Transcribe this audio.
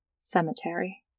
Cemetery